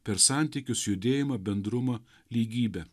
per santykius judėjimą bendrumą lygybę